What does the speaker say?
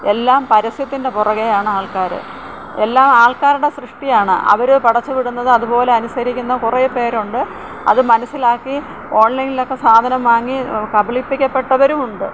എല്ലാം പരസ്യത്തിൻ്റെ പുറകേയാണ് ആൾക്കാർ എല്ലാം ആൾക്കാരുടെ സൃഷ്ടിയാണ് അവർ പടച്ച് വിടുന്നത് അതുപോലെ അനുസരിക്കുന്ന കുറേ പേരുണ്ട് അത് മനസ്സിലാക്കി ഓൺലൈനിലൊക്കെ സാധനം വാങ്ങി കബളിപ്പിക്കപ്പെട്ടവരും ഉണ്ട്